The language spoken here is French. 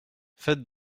faites